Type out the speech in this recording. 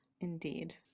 Indeed